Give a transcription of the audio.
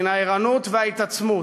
מן הערנות וההתעצמות.